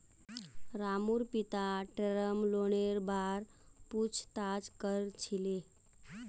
रामूर पिता टर्म लोनेर बार पूछताछ कर छिले